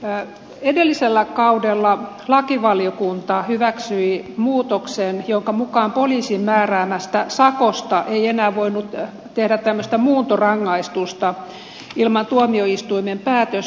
edellisellä kaudella lakivaliokunta hyväksyi muutoksen jonka mukaan poliisin määräämästä sakosta ei enää voinut tehdä muuntorangaistusta ilman tuomioistuimen päätöstä